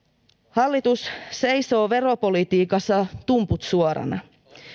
hallitus seisoo veropolitiikassa tumput suorina